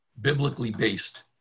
biblically-based